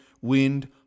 wind